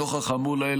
נוכח האמור לעיל,